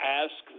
ask